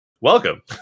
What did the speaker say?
welcome